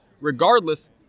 regardless